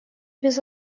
без